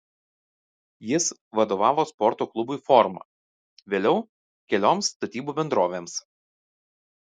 jis vadovavo sporto klubui forma vėliau kelioms statybų bendrovėms